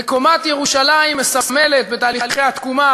וקומת ירושלים מסמלת בתהליכי התקומה,